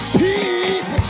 peace